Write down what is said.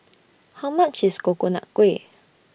How much IS Coconut Kuih